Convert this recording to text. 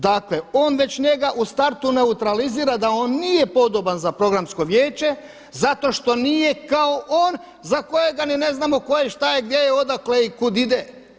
Dakle on već njega u startu neutralizira da on nije podoban za programsko vijeće zato što nije kao on za kojega niti ne znamo tko je, šta, gdje je, odakle je i kuda ide.